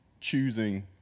choosing